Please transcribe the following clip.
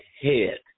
head